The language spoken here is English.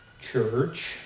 church